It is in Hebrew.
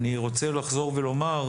אני רוצה לחזור ולומר,